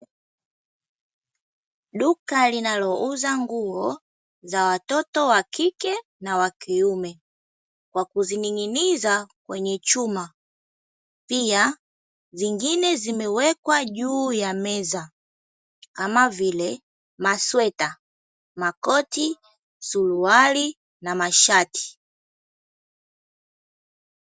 Duka linalouza nguo za watoto wa kike na wa kiume, kwa kuzining'iniza kwenye chuma. Pia zingine zimewekwa juu ya meza, kama vile masweta, makoti, suruali na mashati.